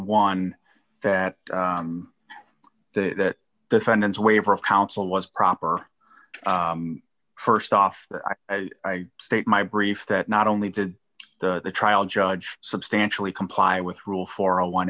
one that the defendant's waiver of counsel was proper first off i state my brief that not only did the trial judge substantially comply with rule for a one